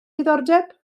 diddordeb